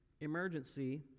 emergency